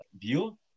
view